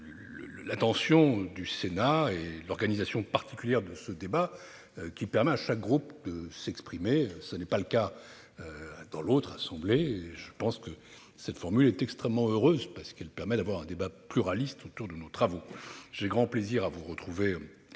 l'attention du Sénat et l'organisation particulière de ce débat, qui permet à chaque groupe de s'exprimer. Ce n'est pas le cas dans l'autre assemblée et je pense que cette formule est extrêmement heureuse, en ce qu'elle permet un débat pluraliste sur nos travaux. J'ai grand plaisir à vous retrouver